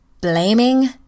blaming